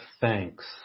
thanks